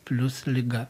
plius liga